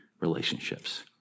relationships